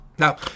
Now